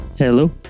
Hello